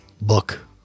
book